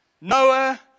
Noah